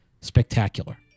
spectacular